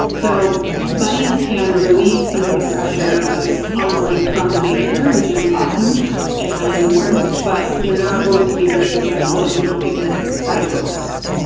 so buddies can relieve some of the pressure of onboarding from the manager, which is awesome and really important. but they're not going to be very successful if you don't give them guideposts.